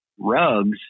rugs